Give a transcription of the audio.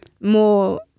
more